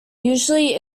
usually